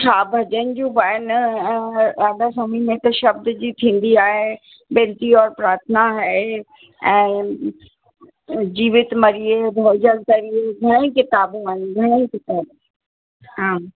हा भॼन जूं बि आहिनि ऐं राधास्वामी में त शब्द जी थींदी आहे विनती और प्रार्थना आहे ऐं जीवित मरिये भव जल तरिये घणई किताबूं आहिनि घणई किताब हा